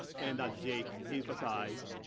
and as jake emphasized,